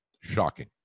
Shocking